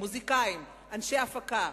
מוזיקאים ואנשי הפקה.